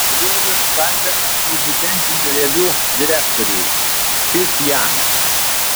klėjus skambino prezidentinio reviu direktoriui šis jam